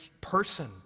person